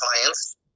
clients